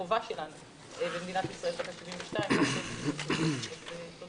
והחובה שלנו במדינת ישראל בשנתה ה-72 לקיים אותו.